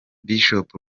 bishop